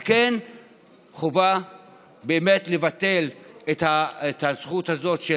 על כן חובה לבטל את הזכות הזאת של